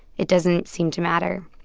it doesn't seem to matter.